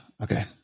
Okay